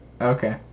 Okay